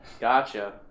Gotcha